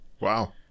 Wow